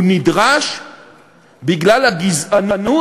הוא נדרש בגלל הגזענות